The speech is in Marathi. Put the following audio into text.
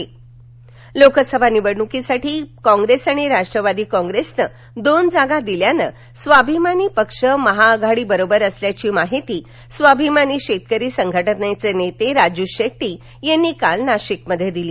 नाशिक लोकसभा निवडणुकीसाठी काँग्रेस आणि राष्ट्रवादी काँग्रेसनं दोन जागा दिल्यानं स्वाभिमानी पक्ष महाआघाडी बरोबर असल्याघी माहिती स्वाभिमानी शेतकरी संघटनेचे नेते राजू शेट्टी यांनी काल नाशिकमध्ये दिली